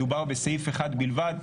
מדובר בסעיף אחד בלבד,